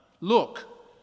look